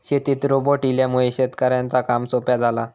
शेतीत रोबोट इल्यामुळे शेतकऱ्यांचा काम सोप्या झाला